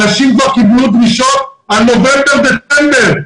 אנשים כבר קיבלו דרישות על נובמבר ודצמבר.